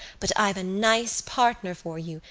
but i've a nice partner for you,